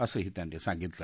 असंही त्यांनी सांगितलं